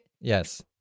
Yes